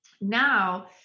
Now